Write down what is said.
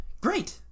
Great